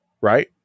right